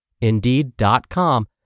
Indeed.com